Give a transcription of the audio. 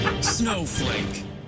Snowflake